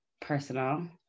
personal